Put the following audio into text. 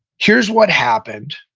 here's what happened.